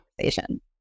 conversation